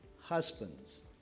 husbands